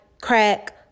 crack